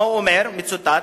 מה הוא אומר, מצוטט?